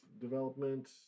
development